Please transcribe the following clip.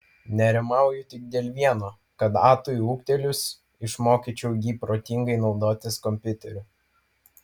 nerimauju tik dėl vieno kad atui ūgtelėjus išmokyčiau jį protingai naudotis kompiuteriu